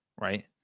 right